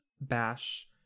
bash